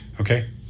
Okay